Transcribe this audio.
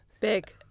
Big